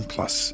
Plus